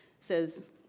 says